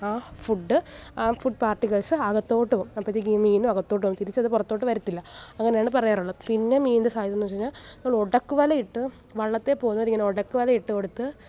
ആ ഫുഡ് ആ ഫുഡ് പാർട്ടികൾസ് അകത്തോട്ട് പോകും അപ്പോഴത്തേക്കും ഈ മീൻ അകത്തോട്ടുപോകും തിരിച്ചത് പുറത്തോട്ട് വരത്തില്ല അങ്ങനെയാണ് പറയാറുള്ളത് പിന്നെ മീനിൻ്റെ സാധ്യത എന്നു വെച്ചുകഴിഞ്ഞാൽ ഒടക്കുവലയിട്ട് വള്ളത്തിൽ പോകുന്നവർ ഇങ്ങനെ ഒടക്കുവലയിട്ടുകൊടുത്ത്